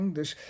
dus